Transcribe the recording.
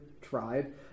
Tribe